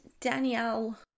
Danielle